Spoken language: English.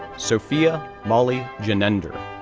sophia molly genender,